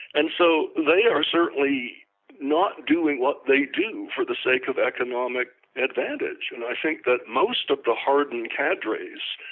and so they are certainly not doing what they do for the sake of economic advantage and i think that most of the hardened cadres,